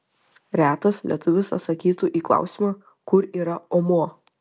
retas lietuvis atsakytų į klausimą kur yra omuo